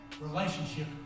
relationship